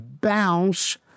bounce